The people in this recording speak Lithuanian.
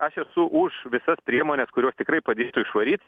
aš esu už visas priemones kurios tikrai padėtų išvaryt